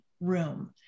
room